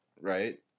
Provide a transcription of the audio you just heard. right